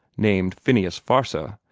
named fenius farsa,